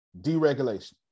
Deregulation